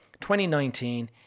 2019